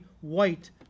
white